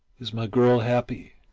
is my girl happy,